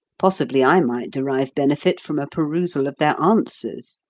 possibly i might derive benefit from a perusal of their answers.